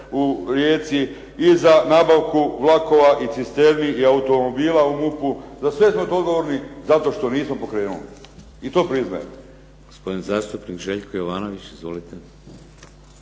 u Rijeci, i za nabavku vlakova, i cisterni, i automobila u MUP-u. Za sve smo to odgovorni zato što nismo pokrenuli. I to priznajem. **Šeks, Vladimir (HDZ)** Gospodin zastupnik Željko Jovanović. Izvolite.